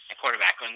quarterback